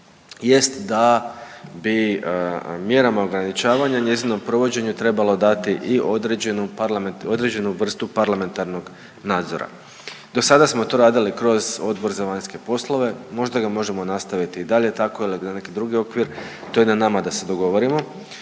jest da bi mjerama ograničavanja i njezinom provođenju trebalo dati i određenu parla…, određenu vrstu parlamentarnog nadzora. Dosada smo to radili kroz Odbor za vanjske poslove, možda ga možemo nastaviti i dalje tako ili na neki drugi okvir, to je na nama da se dogovorimo,